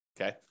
okay